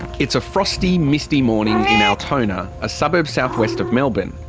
it's a frosty misty morning in altona, a suburb south west of melbourne.